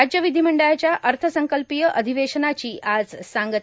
राज्य विधीमंडळाच्या अर्थसंकल्पीय अधिवेशनाची आज सांगता